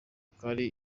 kari